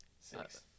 Six